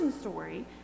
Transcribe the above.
story